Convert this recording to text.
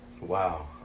Wow